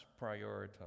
prioritize